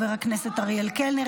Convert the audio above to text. חבר הכנסת אריאל קלנר,